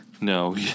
No